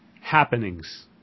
Happenings